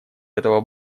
этого